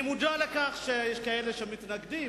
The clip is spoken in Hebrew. אני מודע לכך שיש כאלה שמתנגדים,